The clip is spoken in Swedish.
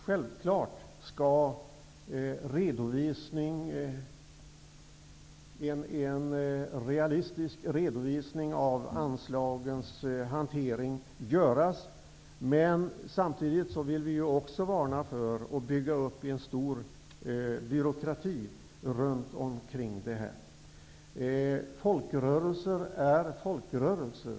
Självfallet skall en realistisk redovisning av anslagens hantering göras. Men samtidigt vill vi varna för att bygga upp en stor byråkrati runt omkring detta. Folkrörelser är folkrörelser.